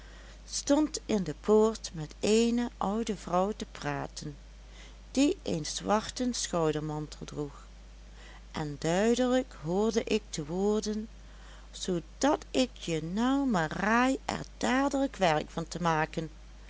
stond in de poort met eene oude vrouw te praten die een zwarten schoudermantel droeg en duidelijk hoorde ik de woorden zoodat ik je nou maar raai er dadelijk werk van te maken